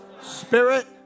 spirit